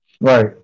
Right